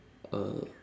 uh